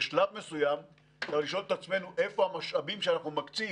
בשלב מסוים אנחנו מותר לשאול את עצמנו: איפה המשאבים שאנחנו מקצים?